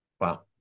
Wow